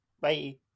bye